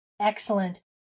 Excellent